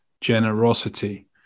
generosity